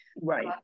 Right